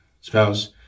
spouse